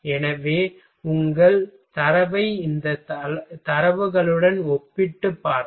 எனவே உங்கள் தரவை இந்த தரவுகளுடன் ஒப்பிட்டுப் பார்த்தால்